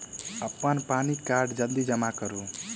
अप्पन पानि कार्ड जल्दी जमा करू?